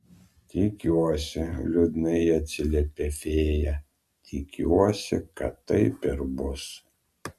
tikiuosi liūdnai atsiliepė fėja tikiuosi kad taip ir bus